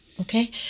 Okay